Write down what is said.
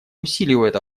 усиливают